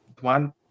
one